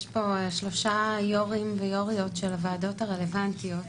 יש פה שלושה יו"רים ויו"ריות של הוועדות הרלוונטיות,